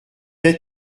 être